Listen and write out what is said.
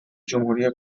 جمهوری